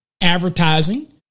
advertising